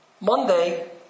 Monday